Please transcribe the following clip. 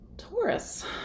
Taurus